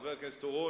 חבר הכנסת אורון,